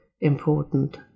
important